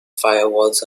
firewalls